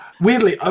Weirdly